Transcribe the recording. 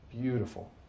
Beautiful